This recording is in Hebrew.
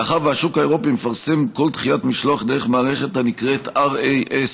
מאחר שהשוק האירופי מפרסם כל דחיית משלוח דרך מערכת הנקראת RASFF,